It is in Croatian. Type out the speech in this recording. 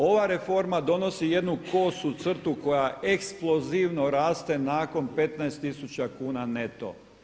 Ova reforma donosi jednu kosu crtu koja eksplozivno raste nakon 15000 kuna neto.